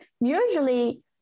Usually